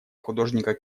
художника